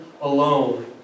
alone